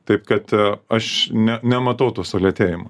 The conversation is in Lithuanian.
taip kad aš ne nematau to sulėtėjimo